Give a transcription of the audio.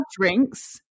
drinks